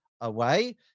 away